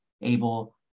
able